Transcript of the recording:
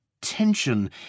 tension